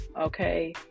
okay